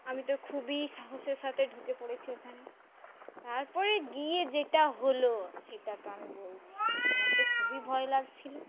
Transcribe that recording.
আমি তো খুবই সাহসের সাথে ঢুকে পড়েছি ওখানে তারপরে গিয়ে যেটা হল সেটা তো আমি বলছি আমার তো খুবই ভয় লাগছিল